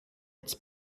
its